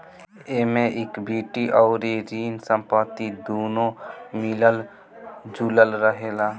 एमे इक्विटी अउरी ऋण संपत्ति दूनो मिलल जुलल रहेला